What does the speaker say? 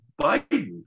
Biden